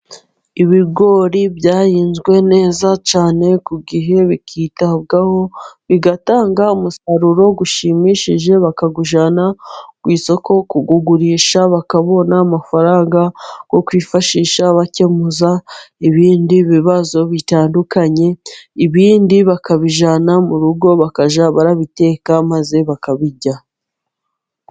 Ibigori byahinzwe neza cyane ku gihe bikitabwaho bigatanga umusaruro ushimishije , bakawujyana ku isoko kuwugurisha bakabona amafaranga yo kwifashisha bakemuza ibindi bibazo bitandukanye, ibindi bakabijyana mu rugo bakajya babiteka maze bakabirya.